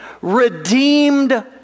redeemed